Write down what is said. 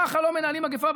ככה לא מנהלים מגפה.